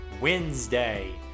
Wednesday